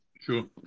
Sure